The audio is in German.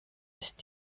ist